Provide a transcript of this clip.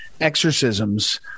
exorcisms